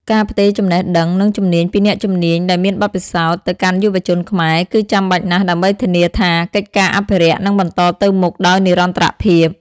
ការផ្ទេរចំណេះដឹង និងជំនាញពីអ្នកជំនាញដែលមានបទពិសោធន៍ ទៅកាន់យុវជនខ្មែរ គឺចាំបាច់ណាស់ដើម្បីធានាថា កិច្ចការអភិរក្សនឹងបន្តទៅមុខដោយនិរន្តរភាព។